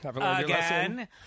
again